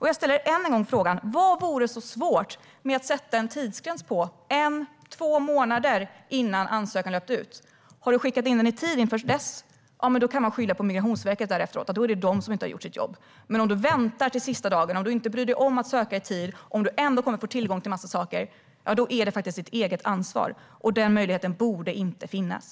Jag ställer frågan än en gång: Vad vore så svårt med att sätta en tidsgräns på en eller två månader innan ansökan löper ut? Har du skickat in den i tid innan dess kan du därefter skylla på Migrationsverket. Då är det Migrationsverket som inte har gjort sitt jobb. Men om du väntar till sista dagen, om du inte bryr dig om att ansöka i tid och ändå kommer att få tillgång till en massa saker är det faktiskt ditt eget ansvar. Den möjligheten borde inte finnas.